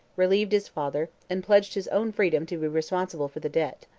relieved his father, and pledged his own freedom to be responsible for the debt.